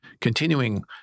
continuing